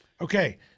Okay